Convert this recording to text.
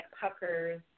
puckers